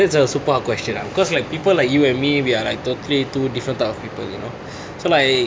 that's a super hard question ah because like people like you and me we are like totally two different type of people you know so like